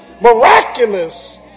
miraculous